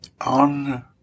on